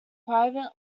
private